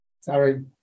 sorry